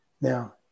Now